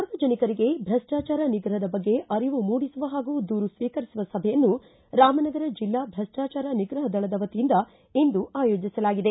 ಸಾರ್ವಜನಿಕರಿಗೆ ಭ್ರಷ್ಟಾಚಾರ ನಿಗ್ರಹದ ಬಗ್ಗೆ ಅರಿವು ಮೂಡಿಸುವ ಹಾಗೂ ದೂರು ಸ್ವೀಕರಿಸುವ ಸಭೆಯನ್ನು ಇಂದು ರಾಮನಗರ ಜಿಲ್ಲಾ ಭ್ರಷ್ಟಾಚಾರ ನಿಗ್ರಹ ದಳದ ವತಿಯಿಂದ ಆಯೋಜಿಸಲಾಗಿದೆ